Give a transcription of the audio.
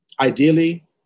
ideally